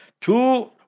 Two